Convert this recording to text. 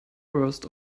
worst